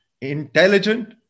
intelligent